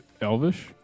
elvish